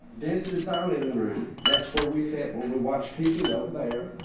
this is our living room. that's where we sit, where we watch tv over there.